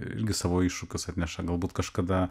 irgi savo iššūkius atneša galbūt kažkada